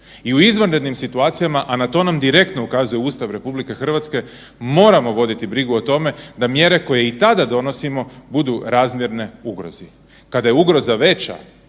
i u izvanrednim situacijama, a na to nam direktno ukazuje Ustav RH moramo voditi brigu o tome da mjere koje i tada donosimo budu razmjerne ugrozi. Kada je ugroza veća